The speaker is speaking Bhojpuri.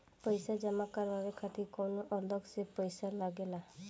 पईसा जमा करवाये खातिर कौनो अलग से पईसा लगेला?